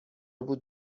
بود